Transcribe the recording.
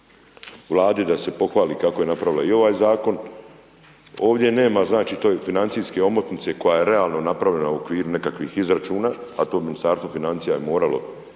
Vladi da se pohvali kako je napravila i ovaj zakon, ovdje nema znači te financijske omotnice koja je realno napravljena u okviru nekakvih izračuna a to Ministarstvo financija je moralo